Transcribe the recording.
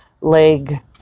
leg